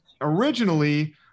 originally